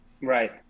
Right